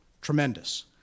tremendous